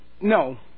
No